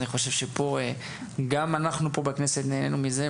אני חושב גם אנחנו פה בכנסת נהנינו מזה,